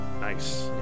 Nice